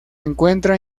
encuentra